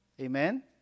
Amen